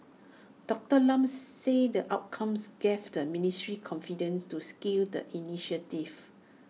Doctor Lam said the outcomes gave the ministry confidence to scale the initiative